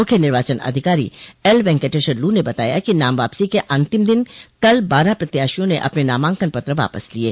मुख्य निर्वाचन अधिकारी एल वेंकटेश्वर लू ने बताया कि नाम वापसी के अंतिम दिन कल बारह प्रत्याशियों ने अपने नामांकन पत्र वापस लिये